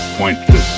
pointless